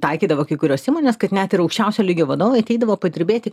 taikydavo kai kurios įmonės kad net ir aukščiausio lygio vadovai ateidavo padirbėti